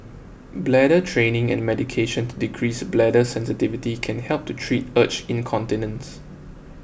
bladder training and medication to decrease bladder sensitivity can help to treat urge incontinence